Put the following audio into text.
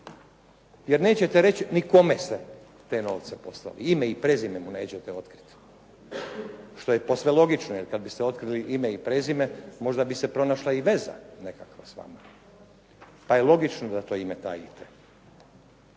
Jer nećete reći ni kome ste te novce poslali. Ime i prezime mu nećete otkriti. Što je i posve logično, jer kada biste otkrili ime i prezime, možda bi se pronašla veza nekakva s vama. Pa je logično da to ime tajite.